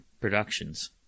productions